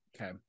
Okay